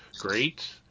great